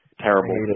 terrible